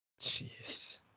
Jeez